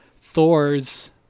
Thor's